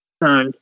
Right